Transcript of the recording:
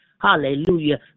hallelujah